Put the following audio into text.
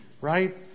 right